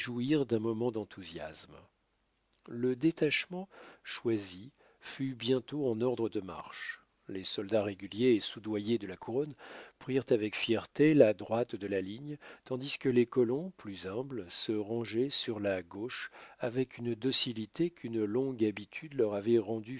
d'un moment d'enthousiasme le détachement choisi fut bientôt en ordre de marche les soldats réguliers et soudoyés de la couronne prirent avec fierté la droite de la ligne tandis que les colons plus humbles se rangeaient sur la gauche avec une docilité qu'une longue habitude leur avait rendue